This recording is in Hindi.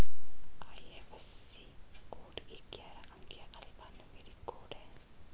आई.एफ.एस.सी कोड एक ग्यारह अंकीय अल्फा न्यूमेरिक कोड है